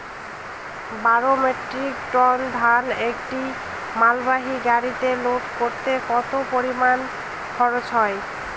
বারো metric ton ধান একটি মালবাহী গাড়িতে লোড করতে কতো পরিমাণ খরচা হয়?